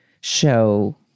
show